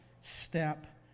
step